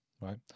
right